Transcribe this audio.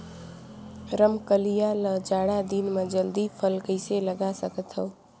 रमकलिया ल जाड़ा दिन म जल्दी फल कइसे लगा सकथव?